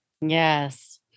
Yes